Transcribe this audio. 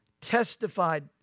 testified